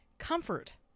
Comfort